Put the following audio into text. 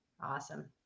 Awesome